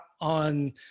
on